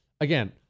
again